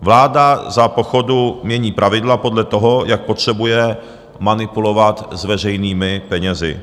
Vláda za pochodu mění pravidla podle toho, jak potřebuje manipulovat s veřejnými penězi.